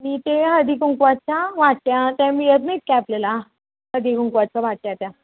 मी ते हळदी कुंकवाच्या वाट्या त्या मिळत नाही काय आपल्याला हळदी कुंकवाच्या वाट्या त्या